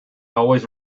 always